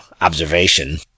observation